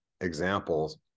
examples